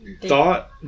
thought